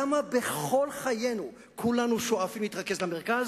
למה בכל חיינו כולנו שואפים להתרכז למרכז,